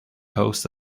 host